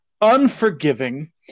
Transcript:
unforgiving